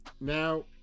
now